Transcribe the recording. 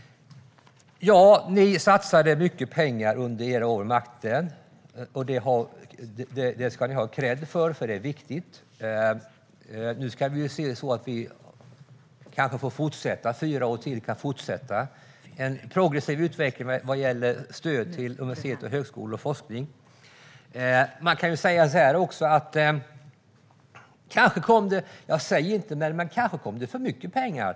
Ni satsade mycket pengar under era år vid makten. Det ska ni ha kredd för, för det är viktigt. Nu får vi kanske fortsätta fyra år till med en progressiv utveckling vad gäller stöd till universitet, högskolor och forskning. Kanske kom det för mycket pengar.